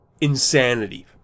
Insanity